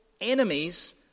enemies